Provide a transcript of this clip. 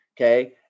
Okay